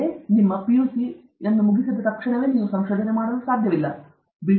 ಅದಕ್ಕಾಗಿಯೇ ನಿಮ್ಮ ಪ್ಲಸ್ ಎರಡು ಅನ್ನು ತೆರವುಗೊಳಿಸಿದ ತಕ್ಷಣ ನೀವು ಸಂಶೋಧನೆ ಮಾಡಲು ಸಾಧ್ಯವಿಲ್ಲ ನಿಮ್ಮ ಬಿ